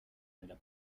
nella